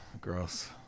Gross